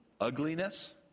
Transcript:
ugliness